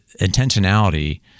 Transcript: intentionality